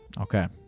Okay